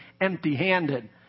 empty-handed